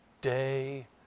day